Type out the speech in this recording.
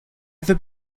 ever